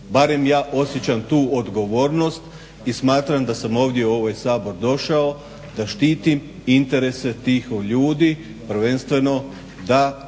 Barem ja osjećam tu odgovornost i smatram da sam ovdje u ovaj Sabor došao da štitim interese tih ljudi prvenstveno da